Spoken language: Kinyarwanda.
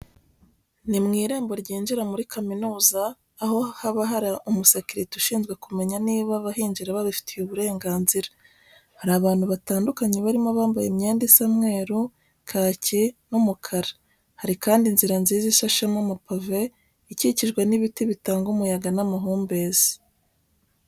Ni mu irembo ryinjira muri kaminuza, aho haba hari umusekirite ushinzwe kumenya niba abahinjira baba babifitiye uburenganzira. Hari abantu batandukanye barimo abambaye imyenda isa umweru, kake n'umukara. Hari kandi inzira nziza isashemo amapave ikikijwe n'ibiti bitanga umuyaga n'amahumbezi.